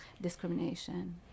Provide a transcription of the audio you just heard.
discrimination